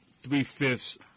three-fifths